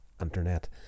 internet